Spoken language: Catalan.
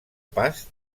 pas